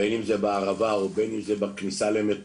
בין אם זה בערבה ובין אם זה בכניסה למטולה